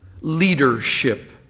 Leadership